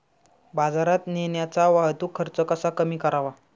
बाजारात नेण्याचा वाहतूक खर्च कसा कमी करावा?